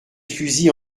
fusils